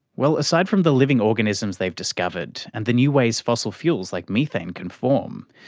well, aside from the living organisms they've discovered and the new ways fossil fuels like methane can form,